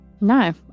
no